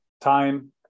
time